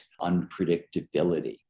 unpredictability